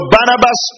Barnabas